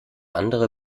andere